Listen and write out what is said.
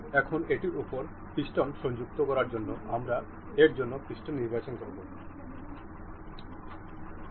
এখন এটির উপর পিস্টন সংযুক্ত করার জন্য আমরা এর জন্য পিস্টন নির্বাচন করব